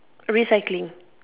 recycling